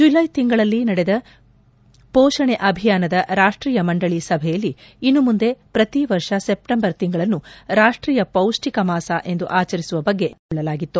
ಜುಲ್ಲೆ ತಿಂಗಳಲ್ಲಿ ನಡೆದ ಪೋಷಣೆ ಅಭಿಯಾನದ ರಾಷ್ಷೀಯ ಮಂಡಳಿ ಸಭೆಯಲ್ಲಿ ಇನ್ನು ಮುಂದೆ ಪ್ರತಿ ವರ್ಷ ಸೆಪ್ಟೆಂಬರ್ ತಿಂಗಳನ್ನು ರಾಷ್ಟೀಯ ಪೌಷ್ಟಿಕ ಮಾಸ ಎಂದು ಆಚರಿಸುವ ಬಗ್ಗೆ ನಿರ್ಣಯ ಕೈಗೊಳ್ಳಲಾಗಿತ್ತು